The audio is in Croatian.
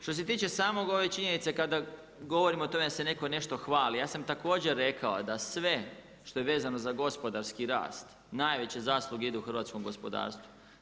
Što se tiče same ove činjenice kada govorimo o tome da se neko nešto hvali, ja sam također rekao da sve što je vezano za gospodarski rast, najveće zasluge idu hrvatskom gospodarstvu.